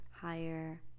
higher